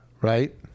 right